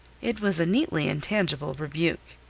it was a neatly intangible rebuke.